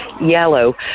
yellow